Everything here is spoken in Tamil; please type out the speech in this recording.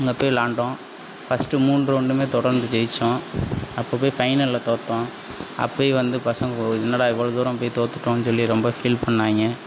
அங்கே போய் விளாண்டோம் ஃபஸ்ட்டு மூணு ரவுண்டும் தொடர்ந்து ஜெயித்தோம் அப்போது போய் ஃபைனலில் தோற்றோம் அப்பயும் வந்து பசங்க என்னடா இவ்வளோ தூரம் போய் தோற்றுட்டோன்னு சொல்லி ரொம்ப ஃபீல் பண்ணாங்க